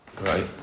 Right